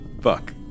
fuck